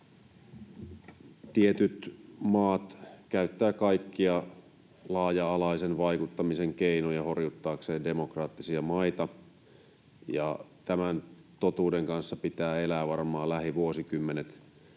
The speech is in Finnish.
Tietyt maat käyttävät kaikkia laaja-alaisen vaikuttamisen keinoja horjuttaakseen demokraattisia maita, ja tämän totuuden kanssa pitää varmaan elää lähivuosikymmenet